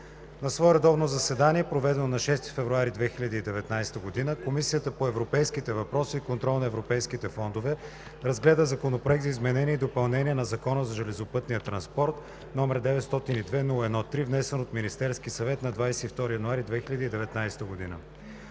На свое редовно заседание, проведено на 6 февруари 2019 г., Комисията по европейските въпроси и контрол на европейските фондове разгледа Законопроект за изменение и допълнение на Закона за железопътния транспорт, № 902-01-3, внесен от Министерския съвет на 22 януари 2019 г.